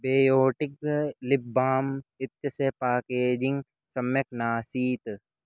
Biotique lip balm इत्यस्य packaging सम्यक् नासीत्